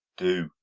do,